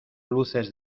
luces